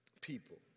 people